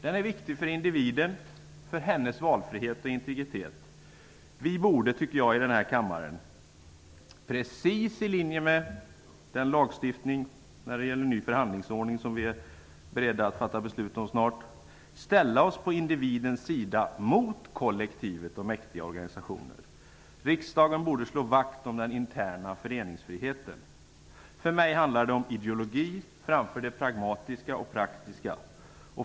Den är viktig för individens valfrihet och integritet. I denna kammare borde vi, precis i linje med den lagstiftning om en ny förhandlingsordning som vi är beredda att fatta beslut om, ställa oss på inidividens sida mot kollektivet och mäktiga organisationer. Riksdagen borde slå vakt om den interna föreningsfriheten. För mig handlar det om ideologi framför det pragmatiska och praktiska.